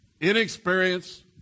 inexperienced